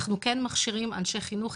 אנחנו כן מכשירים אנשי חינוך,